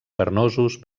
carnosos